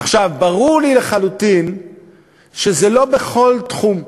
עכשיו, ברור לי לחלוטין שזה לא בכל תחום,